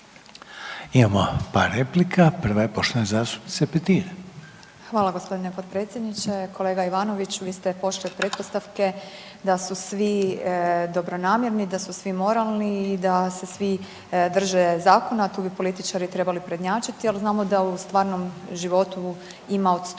Imamo par replika, prava je poštovane zastupnice Petir. **Petir, Marijana (Nezavisni)** Hvala g. potpredsjedniče. Kolega Ivanoviću, vi ste pošli od pretpostavke da su svi dobronamjerni, da su svi moralni i da se svi drže zakona, a tu bi političari trebali, ali znamo da u stvarnom životu ima odstupanja.